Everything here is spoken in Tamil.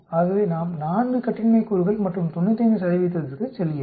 எனவே நாம் 4 கட்டின்மை கூறுகள் மற்றும் 95 க்குச் செல்கிறோம்